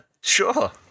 sure